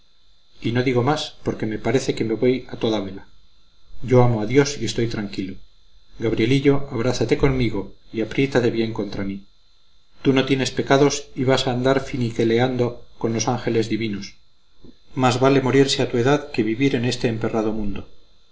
y no digo más porque me parece que me voy a toda vela yo amo a dios y estoy tranquilo gabrielillo abrázate conmigo y apriétate bien contra mí tú no tienes pecados y vas a andar finiqueleando con los ángeles divinos más vale morirse a tu edad que vivir en este emperrado mundo